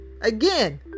Again